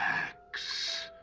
relax